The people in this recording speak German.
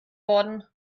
worden